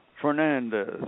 Fernandez